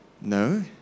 no